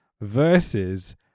versus